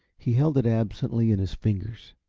he held it absently in his fingers.